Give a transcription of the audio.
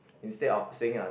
instead of saying ah